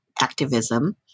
activism